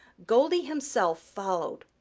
goldy himself followed.